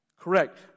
correct